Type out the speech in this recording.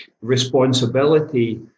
responsibility